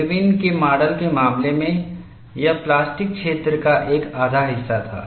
इरविनIrwin's के माडल के मामले में यह प्लास्टिक क्षेत्र का एक आधा हिस्सा था